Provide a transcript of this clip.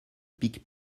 pic